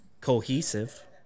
cohesive